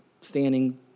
standing